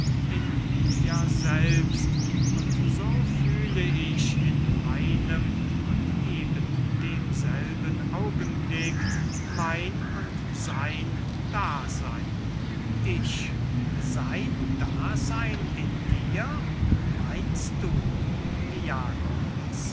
in mir selbst und so fühle ich in einem und eben demselben augenblick mein und sein daseyn ich sein daseyn in dir meinst du